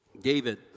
David